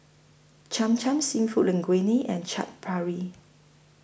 Cham Cham Seafood Linguine and Chaat Papri